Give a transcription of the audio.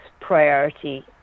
priority